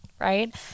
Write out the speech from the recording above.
right